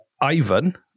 ivan